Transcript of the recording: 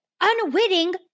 unwitting